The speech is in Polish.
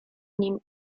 nim